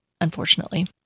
unfortunately